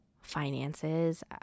finances